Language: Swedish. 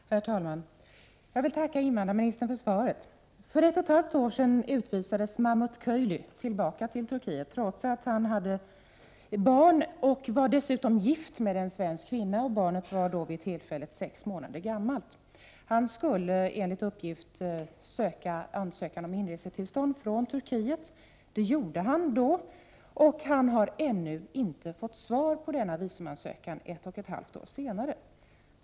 Herr talman! Jag vill tacka invandrarministern för svaret. För ett och ett halvt år sedan utvisades Mahmut Köylä till Turkiet trots att han hade barn och var gift med en svensk kvinna. Barnet var vid det tillfället sex månader gammalt. Han skulle enligt uppgift skicka en ansökan om inresetillstånd från Turkiet. Det gjorde han, och han har ännu ett och ett halvt år senare inte fått svar på denna visumansökan.